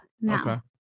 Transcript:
now